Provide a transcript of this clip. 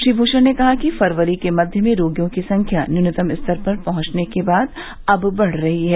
श्री भूषण ने कहा कि फरवरी के मध्य में रोगियों की संख्या न्यूनतम स्तर पर पहुंचने के बाद अब बढ़ रही है